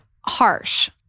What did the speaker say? harsh